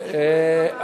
מגדל-העמק זה לא,